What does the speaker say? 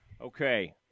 Okay